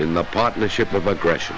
in the partnership of aggression